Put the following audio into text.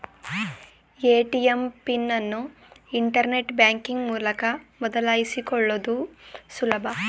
ATM PIN ಅನ್ನು internet banking ಮೂಲಕ ಬದಲಾಯಿಸಿಕೊಳ್ಳುದು ಸುಲಭ